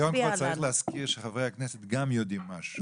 היום כבר צריך להזכיר שחברי הכנסת גם יודעים משהו.